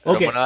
Okay